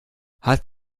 hat